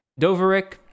Doverick